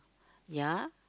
ya